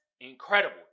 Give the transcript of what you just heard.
incredible